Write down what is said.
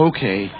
Okay